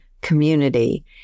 community